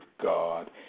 God